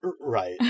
right